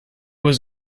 was